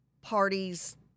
parties